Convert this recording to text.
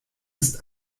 ist